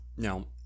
Now